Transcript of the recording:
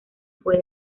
fue